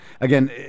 again